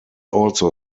also